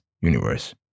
universe